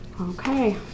Okay